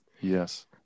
Yes